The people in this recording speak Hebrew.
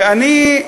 ואני,